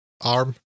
arm